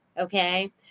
Okay